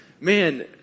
Man